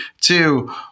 two